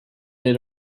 did